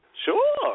Sure